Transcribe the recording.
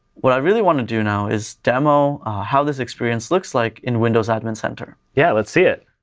what i really want to do now is demo how this experience looks like in windows admin center. yeah. lets see it.